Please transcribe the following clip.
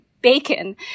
bacon